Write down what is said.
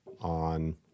on